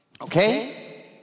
Okay